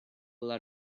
lot